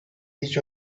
each